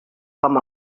com